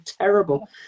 terrible